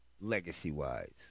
legacy-wise